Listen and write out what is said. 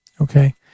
Okay